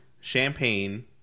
champagne